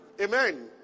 Amen